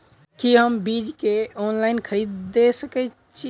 की हम बीज केँ ऑनलाइन खरीदै सकैत छी?